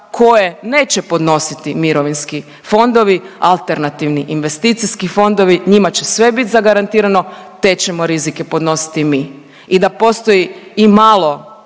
koje neće podnositi mirovinski fondovi, alternativni investicijski fondovi njima će sve bit zagarantirano, te ćemo rizike podnositi mi. I da postoji imalo